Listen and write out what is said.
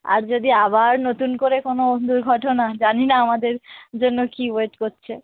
আর যদি আবার নতুন করে কোনো দুর্ঘটনা জানি না আমাদের জন্য কী ওয়েট করছে